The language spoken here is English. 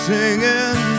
Singing